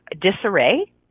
disarray